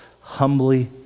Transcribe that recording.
Humbly